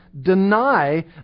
deny